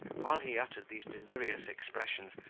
while he uttered these delirious expressions,